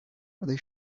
they